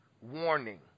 warning